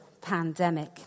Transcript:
pandemic